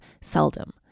seldom